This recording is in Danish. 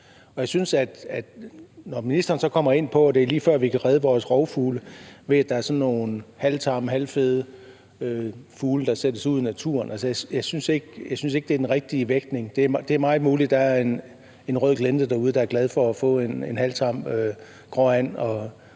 Jeg synes, at når ministeren så kommer ind på, at det er lige før, at vi kan redde vores rovfugle, ved at der er sådan nogle halvtamme, halvfede fugle, der sættes ud i naturen, så synes jeg ikke, at det er den rigtige vægtning. Det er meget muligt, at der er en rød glente derude, der er glad for at få en halvtam gråand